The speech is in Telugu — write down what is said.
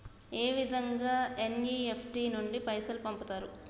ఏ విధంగా ఎన్.ఇ.ఎఫ్.టి నుండి పైసలు పంపుతరు?